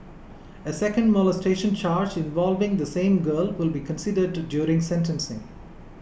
a second molestation charge involving the same girl will be considered during sentencing